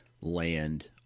land